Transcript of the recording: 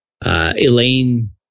Elaine